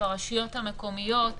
ברשויות המקומיות.